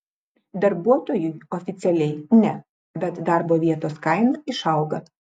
darbuotojui oficialiai ne bet darbo vietos kaina išauga